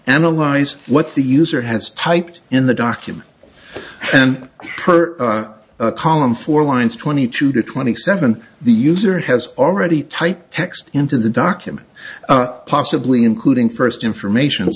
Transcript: analyze what the user has typed in the document and per column for lines twenty two to twenty seven the user has already typed text into the document possibly including first information